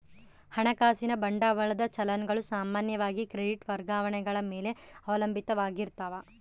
ಹಣಕಾಸಿನ ಬಂಡವಾಳದ ಚಲನ್ ಗಳು ಸಾಮಾನ್ಯವಾಗಿ ಕ್ರೆಡಿಟ್ ವರ್ಗಾವಣೆಗಳ ಮೇಲೆ ಅವಲಂಬಿತ ಆಗಿರ್ತಾವ